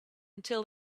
until